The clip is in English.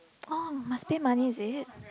oh must pay money is it